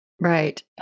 Right